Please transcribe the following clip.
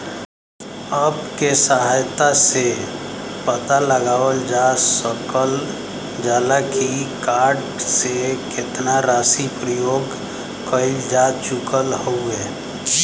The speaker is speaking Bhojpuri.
अप्प के सहायता से पता लगावल जा सकल जाला की कार्ड से केतना राशि प्रयोग कइल जा चुकल हउवे